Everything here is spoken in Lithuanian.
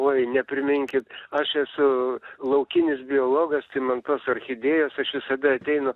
oi nepriminkit aš esu laukinis biologas tai man tos orchidėjos aš visada ateinu